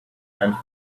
and